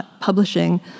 publishing